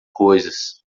coisas